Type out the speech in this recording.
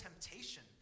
temptation